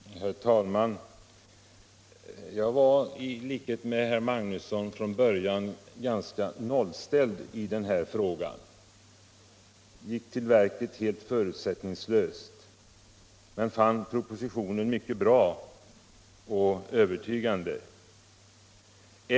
Herr talman! Jag var i likhet med herr Magnusson i Kristinehamn från början ganska nollställd i den här frågan, gick till verket helt förutsättningslöst men fann propositionen mycket bra och övertygande.